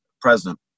President